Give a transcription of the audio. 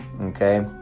okay